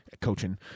coaching